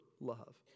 love